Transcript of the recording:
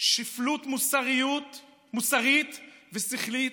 ושפלות מוסרית ושׂכלית"